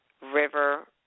River